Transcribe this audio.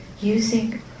using